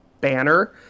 banner